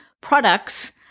products